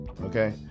okay